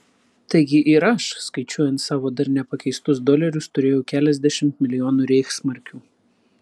taigi ir aš skaičiuojant savo dar nepakeistus dolerius turėjau keliasdešimt milijonų reichsmarkių